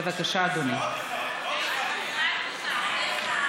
בבקשה, אדוני.